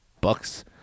bucks